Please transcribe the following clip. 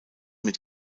mit